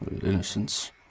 innocence